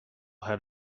had